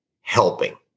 helping